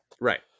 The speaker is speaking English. Right